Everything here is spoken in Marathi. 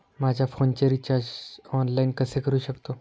माझ्या फोनचे रिचार्ज ऑनलाइन कसे करू शकतो?